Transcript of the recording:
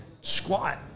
squat